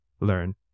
learn